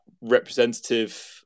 representative